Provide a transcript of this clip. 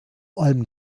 olm